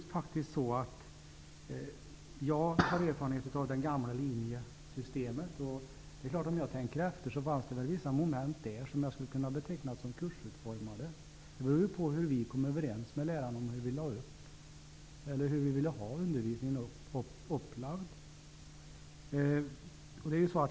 Jag har erfarenhet av det gamla linjesystemet, och om jag tänker efter kommer jag naturligtvis på vissa moment där som jag skulle kunna beteckna som kursutformade. Det beror på hur vi kom överens om att vi ville ha undervisningen upplagd.